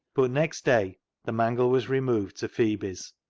but next day the mangle was removed to phebe's,